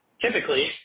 typically